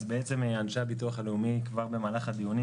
אז אנשי הביטוח הלאומי כבר במהלך הדיונים